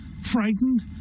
frightened